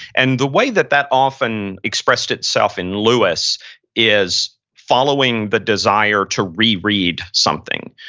and the way that that often expressed itself in lewis is following the desire to reread something.